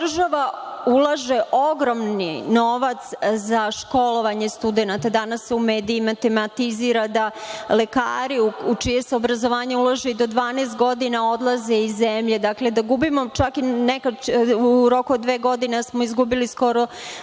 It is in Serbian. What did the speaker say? država ulaže ogromni novac za školovanje studenata. Danas se u medijima matematizira da lekari u čije se obrazovanje ulaže i do 12 godina odlaze iz zemlje, dakle da gubimo čak u roku od dve godine skoro